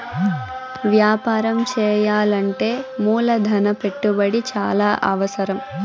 వ్యాపారం చేయాలంటే మూలధన పెట్టుబడి చాలా అవసరం